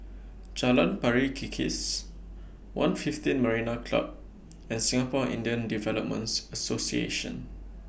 Jalan Pari Kikis one fifteen Marina Club and Singapore Indian Developments Association